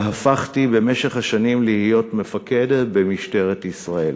והפכתי במשך השנים להיות מפקד במשטרת ישראל.